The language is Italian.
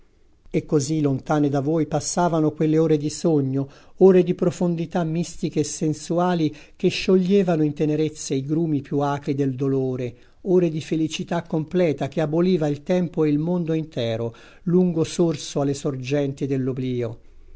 e così lontane da voi passavano quelle ore di sogno ore di profondità mistiche e sensuali che scioglievano in tenerezze i grumi più acri del dolore ore di felicità completa che aboliva il tempo e il mondo intero lungo sorso alle sorgenti